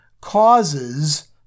causes